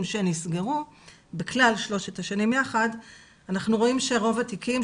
שנסגרו בכלל שלוש השנים יחד אנחנו רואים שרוב התיקים,